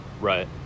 Right